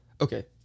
okay